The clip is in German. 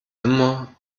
immer